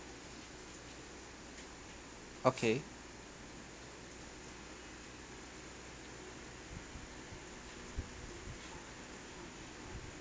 okay